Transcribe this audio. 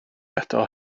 eto